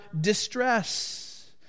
distress